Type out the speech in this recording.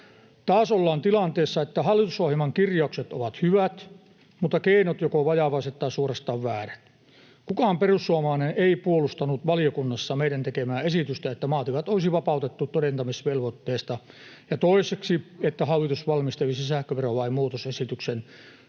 Taas ollaan tilanteessa, että hallitusohjelman kirjaukset ovat hyvät mutta keinot joko vajavaiset tai suorastaan väärät. Kukaan perussuomalainen ei puolustanut valiokunnassa meidän tekemäämme esitystä, että maatilat olisi vapautettu todentamisvelvoitteesta ja että toiseksi hallitus valmistelisi sähköverolain muutosesityksen,